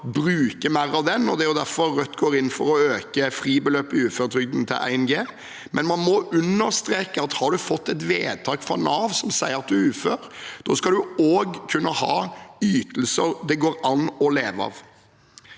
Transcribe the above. bruke mer av den, og det er derfor Rødt går inn for å øke fribeløpet i uføretrygden til 1 G, men man må understreke at har du fått et vedtak fra Nav som sier at du er ufør, skal du kunne ha ytelser det går an å leve av.